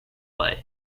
play